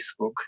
Facebook